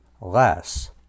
less